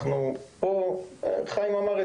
כמו שחיים אמר,